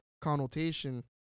connotation